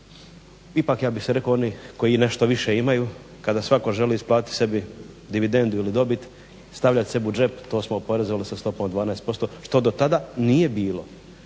ipak ja bih rekao onih koji nešto više imaju kada svatko želi isplatiti sebi dividendu ili dobit, stavljat sebi u džep. To smo oporezovali sa stopom od 12%, što dotada nije bilo.